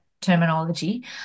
terminology